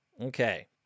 okay